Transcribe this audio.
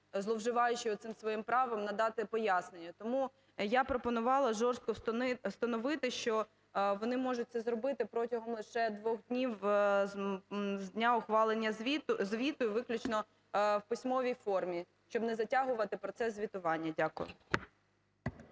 зловживаючи оцим своїм правом, надати пояснення. Тому я пропонувала жорстко встановити, що вони можуть це зробити протягом лише двох днів з дня ухвалення звіту і виключно в письмовій формі, щоб не затягувати процес звітування. Дякую.